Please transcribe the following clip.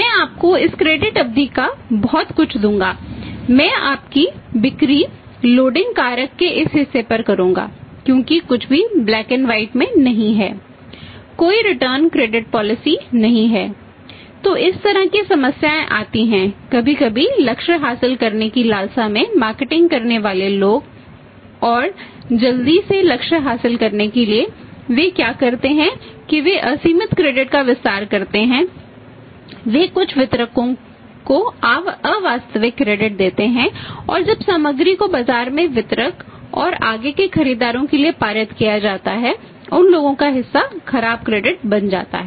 मैं आपको इस क्रेडिट बन जाता है